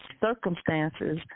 circumstances